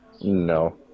No